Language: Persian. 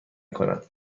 کند